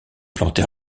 plantes